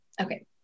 Okay